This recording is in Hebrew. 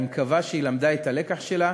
אני מקווה שהיא למדה את הלקח שלה